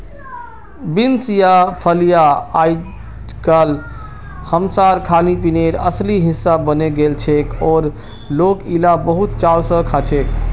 beans या फलियां अइजकाल हमसार खानपीनेर असली हिस्सा बने गेलछेक और लोक इला बहुत चाव स खाछेक